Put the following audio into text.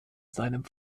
seinem